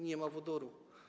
Nie ma wodoru.